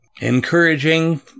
encouraging